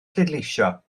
pleidleisio